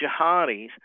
jihadis